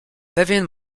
pewien